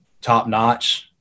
top-notch